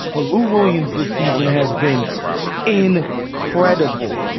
but lou williams this season has been in credible.